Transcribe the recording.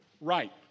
right